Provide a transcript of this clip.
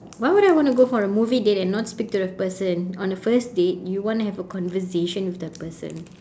why would I want to go for a movie date and not speak to the person on the first date you want to have a conversation with the person